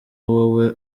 wowe